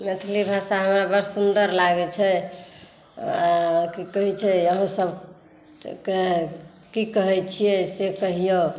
मैथिली भाषा हमरा बड सुन्दर लागै छै की कहै छै अहूँसभके की कहै छिए से कहिऔ